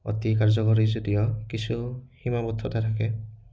অতি কাৰ্যকাৰী যদিও কিছু সীমাৱদ্ধতা থাকে